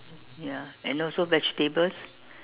ya and also vegetables